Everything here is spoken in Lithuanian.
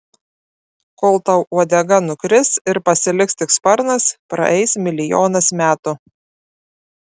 kol tau uodega nukris ir pasiliks tik sparnas praeis milijonas metų